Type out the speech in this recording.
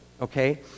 okay